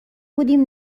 بودیم